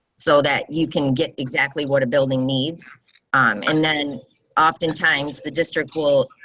so that you can get exactly what a building needs um and then oftentimes the district goal.